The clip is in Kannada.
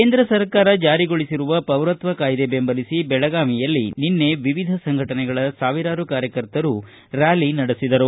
ಕೇಂದ್ರ ಸರ್ಕಾರ ಜಾರಿಗೊಳಿಸಿರುವ ಪೌರತ್ವ ಕಾಯ್ದೆ ಬೆಂಬಲಿಸಿ ಬೆಳಗಾವಿಯಲ್ಲಿ ನಿನ್ನೆ ವಿವಿಧ ಸಂಘಟನೆಗಳ ಸಾವಿರಾರು ಕಾರ್ಯಕರ್ತರು ರ್ಕಾಲಿ ನಡೆಸಿದರು